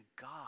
God